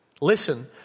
Listen